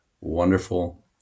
wonderful